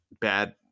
bad